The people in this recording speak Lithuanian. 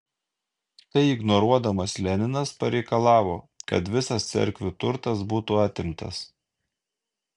tai ignoruodamas leninas pareikalavo kad visas cerkvių turtas būtų atimtas